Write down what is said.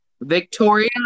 Victoria